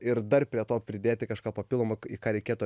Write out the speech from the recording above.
ir dar prie to pridėti kažką papildomo į ką reikėtų